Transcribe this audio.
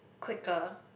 quicker